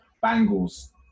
Bangles